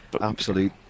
Absolute